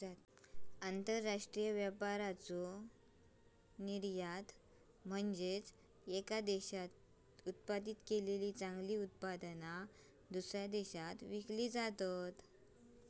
आंतरराष्ट्रीय व्यापारातला निर्यात म्हनजे येका देशात उत्पादित केलेली चांगली उत्पादना, दुसऱ्या देशात विकली जातत